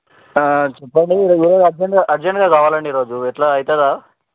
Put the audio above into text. చెప్పండి ఈ రోజు అర్జెంట్గా అర్జెంట్గా కావాలండి ఈ రోజు ఎలా అవుతుందా